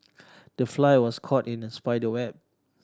the fly was caught in the spider web